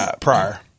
prior